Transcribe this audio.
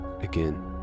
Again